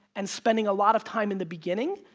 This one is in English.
and spending a lot of time in the beginning,